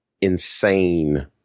insane